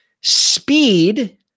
speed